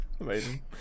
Amazing